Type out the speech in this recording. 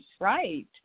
right